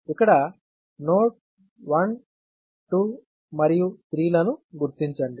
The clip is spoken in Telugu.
ఇక్కడ నోడ్ 1 2 మరియు 3 లను గుర్తించండి